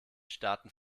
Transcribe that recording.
staaten